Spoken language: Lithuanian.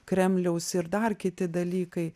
kremliaus ir dar kiti dalykai